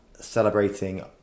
celebrating